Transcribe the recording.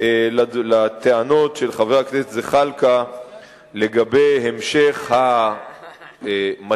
לטענות של חבר הכנסת זחאלקה לגבי המשך המצור,